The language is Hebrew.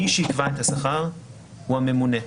מי שייקבע את השכר הוא הממונה.